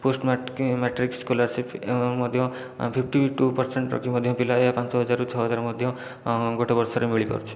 post matric scholarship ମଧ୍ୟ fifty two percent ରଖି ମଧ୍ୟ ପିଲା ଏହା ପାଞ୍ଚ ହଜାରରୁ ଛଅହଜାର ମଧ୍ୟ ଗୋଟିଏ ବର୍ଷରେ ମିଳିପାରୁଛି